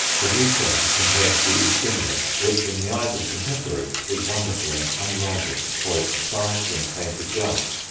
the new choir contained the east window, which in the eyes of contemporaries was wonderful and unrivalled for its size and painted glass.